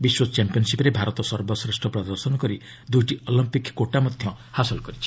ବିଶ୍ୱ ଚାମ୍ପିୟନ୍ସିପ୍ରେ ଭାରତ ସର୍ବଶ୍ରେଷ୍ଠ ପ୍ରଦର୍ଶନ କରି ଦୂଇଟି ଅଲମ୍ପିକ୍ କୋଟା ହାସଲ କରିଛି